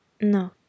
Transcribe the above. No